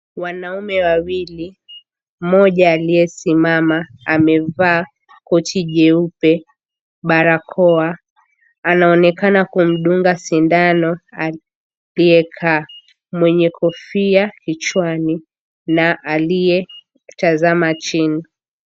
Wanaume wawili, mmoja aliyesimama amevaa koti jeupe, barakoa anaonekana kumdunga sindano aliyekaa mwenye kofia kichwani na aliyetazama chini.